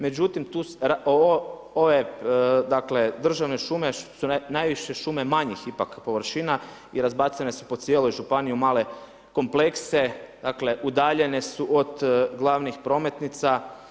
Međutim, ove državne šume su najviše manjih ipak površina i razbacane su po cijeloj županiji u male komplekse, dakle udaljene su od glavnih prometnica.